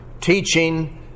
teaching